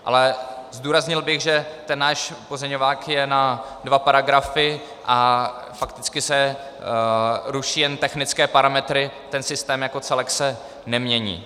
Ale zdůraznil bych, že náš pozměňovák je na dva paragrafy a fakticky se ruší jen technické parametry, systém jako celek se nemění.